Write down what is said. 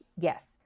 Yes